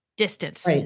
distance